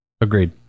Agreed